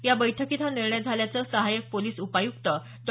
या बैठकीत हा निर्णय झाल्याचं सहायक पोलिस उपायुक्त डॉ